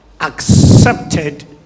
accepted